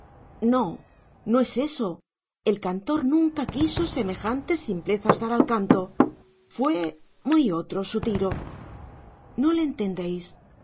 no no es eso el cantor nunca quiso semejantes simplezas dar al canto fué muy otro su tiro no le entendéis